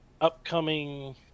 upcoming